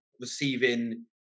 receiving